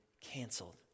canceled